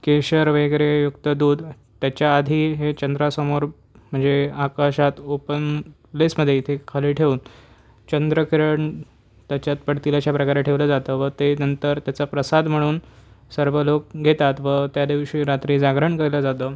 केशर वगैरे युक्त दूध त्याच्याआधी हे चंद्रासमोर म्हणजे आकाशात ओपन प्लेसमध्ये इथे खाली ठेऊन चंद्रकिरण त्याच्यात पडतील अशा प्रकारे ठेवलं जातं व ते नंतर त्याचा प्रसाद म्हणून सर्व लोक घेतात व त्या दिवशी रात्री जागरण केलं जातं